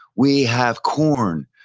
we have corn,